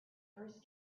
first